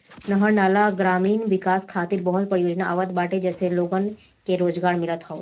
नहर, नाला अउरी ग्राम विकास खातिर बहुते परियोजना आवत बाटे जसे लोगन के रोजगार मिलत हवे